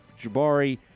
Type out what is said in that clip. Jabari